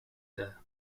there